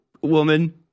woman